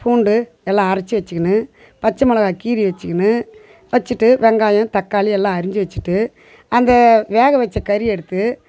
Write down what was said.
பூண்டு எல்லாம் அரைச்சி வச்சுகின்னு பச்சை மொளகாய் கீறி வச்சுகின்னு வச்சுட்டு வெங்காயம் தக்காளி எல்லாம் அரிஞ்சு வெச்சிகிட்டு அந்த வேக வெச்ச கறி எடுத்து